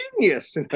genius